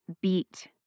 beat